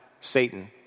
Satan